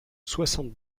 soixante